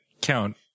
count